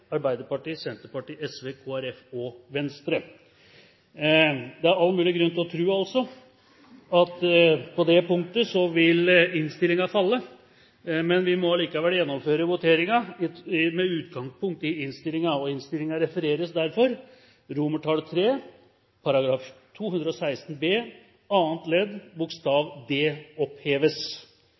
Arbeiderpartiet, Senterpartiet, Sosialistisk Venstreparti, Kristelig Folkeparti og Venstre. Det er altså all mulig grunn til å tro at innstillingen til § 216 b annet ledd bokstav d vil falle. Vi må allikevel gjennomføre voteringen, med utgangspunkt i innstillingen. Det voteres først over komiteens innstilling til III, § 216 b annet ledd bokstav d oppheves.